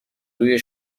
روی